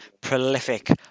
prolific